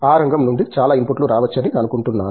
ఆ రంగం నుండి చాలా ఇన్పుట్లు రావచ్చని అనుకుంటున్నాను